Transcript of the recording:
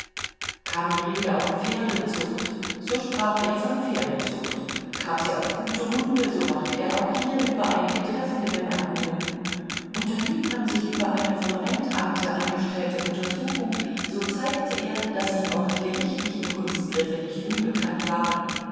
kam die rede auf pferdezucht so sprach er von pferdezucht kam sie auf gute hunde so machte er auch hierüber einige treffende bemerkungen unterhielt man sich über eine vom rentamte angestellte untersuchung so zeigte er daß ihm auch die gerichtlichen kunstgriffe nicht unbekannt waren